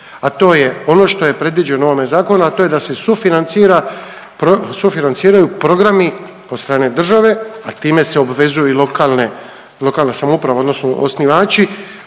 a to je ono što je predviđeno u ovome zakonu, a to je da se sufinanciraju programi od strane države, a time se obvezuju i lokalna samouprava, odnosno osnivači